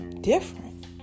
different